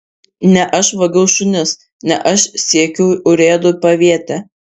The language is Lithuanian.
ne aš vogiau šunis ne aš siekiu urėdų paviete